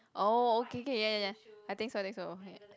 oh okay K K K ya ya ya I think so I think so